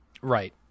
Right